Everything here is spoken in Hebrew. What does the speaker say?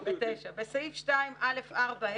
הסתייגות 9: בסעיף 2(א)(4)(ה),